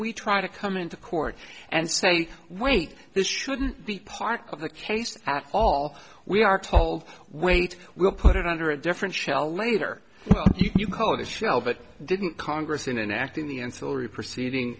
we try to come into court and say wait this shouldn't be part of the case at all we are told wait we'll put it under a different shell later you call it a shell but didn't congress in an act in the ancillary proceeding